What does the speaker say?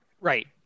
right